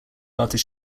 after